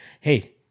hey